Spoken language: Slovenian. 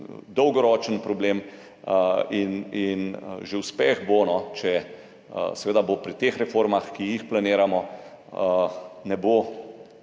dolgoročen problem in uspeh bo že, če pri teh reformah, ki jih planiramo, ne bo